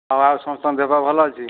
ହଁ ଆଉ ସମସ୍ତଙ୍କ ଦେହ ପା ଭଲ ଅଛି